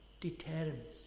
determines